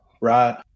right